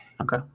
Okay